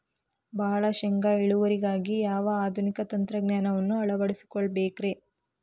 ಭಾಳ ಶೇಂಗಾ ಇಳುವರಿಗಾಗಿ ಯಾವ ಆಧುನಿಕ ತಂತ್ರಜ್ಞಾನವನ್ನ ಅಳವಡಿಸಿಕೊಳ್ಳಬೇಕರೇ?